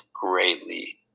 greatly